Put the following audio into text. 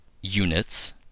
units